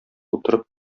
утырып